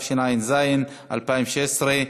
התשע"ז 2016,